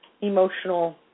emotional